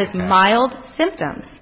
is mild symptoms